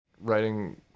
writing